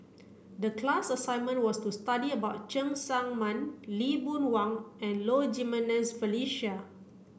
the class assignment was to study about Cheng Tsang Man Lee Boon Wang and Low Jimenez Felicia